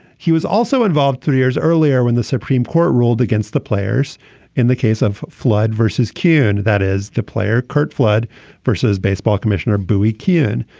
he was also involved three years earlier when the supreme court ruled against the players in the case of flood vs. kyun. that is the player, curt flood versus baseball commissioner buie kyun.